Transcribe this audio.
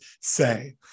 say